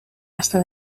hasta